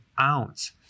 ounce